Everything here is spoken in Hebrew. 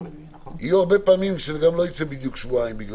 יהיו הרבה פעמים שזה לא יצא בדיוק שבועיים.